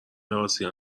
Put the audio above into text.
آسیا